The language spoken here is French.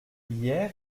hier